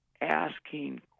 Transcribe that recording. Asking